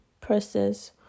process